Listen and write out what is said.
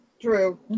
true